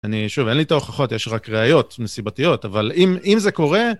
אני שוב, אין לי את ההוכחות, יש רק ראיות נסיבתיות, אבל אם זה קורה...